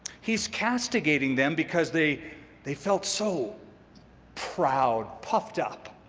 he's castigating them because they they felt so proud, puffed up,